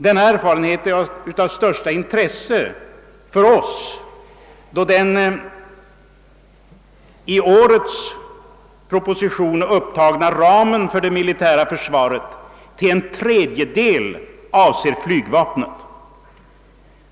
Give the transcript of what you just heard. Denna erfarenhet är av största intresse för oss, då den i årets proposition upptagna ramen för det militära försvaret till en tredjedel avser flygvapnet.